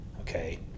okay